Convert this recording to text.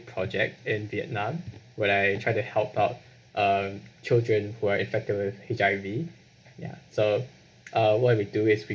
project in vietnam when I try to help out um children who are infected with H_I_V ya so uh why we do is we